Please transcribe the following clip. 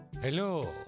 hello